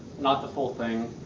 not the full thing